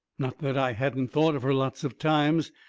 not that i hadn't thought of her lots of times.